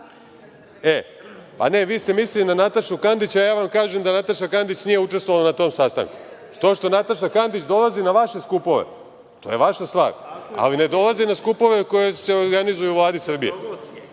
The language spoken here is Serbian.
krst!)Ne, vi ste mislili na Natašu Kandić, a ja vam kažem da Nataša Kandić nije učestvovala na tom sastanku. To što Nataša Kandić dolazi na vaše skupove, to je vaša stvar, ali ne dolazi na skupove koji se organizuju u Vladi Srbije